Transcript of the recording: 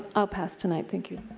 i'll pass tonight. thank you.